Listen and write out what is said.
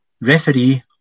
referee